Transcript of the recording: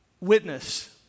Witness